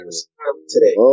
today